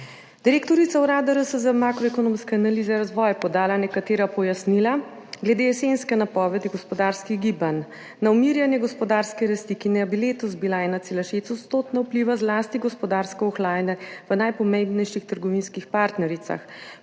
Direktorica Urada RS za makroekonomske analize in razvoj je podala nekatera pojasnila glede jesenske napovedi gospodarskih gibanj. Na umirjanje gospodarske rasti, ki naj bi letos bila 1,6-odstotna, vpliva zlasti gospodarsko ohlajanje v najpomembnejših trgovinskih partnericah.